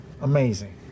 Amazing